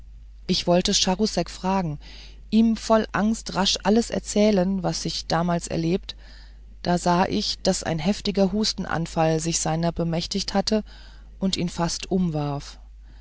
ich wollte charousek fragen ihm voll angst rasch alles erzählen was ich damals erlebt da sah ich daß ein heftiger hustenanfall sich seiner bemächtigt hatte und ihn fast umwarf